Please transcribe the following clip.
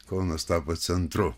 kaunas tapo centru